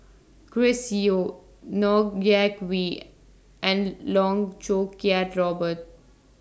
Chris Yeo Ng Yak Whee and Loh Choo Kiat Robert